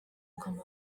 come